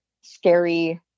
scary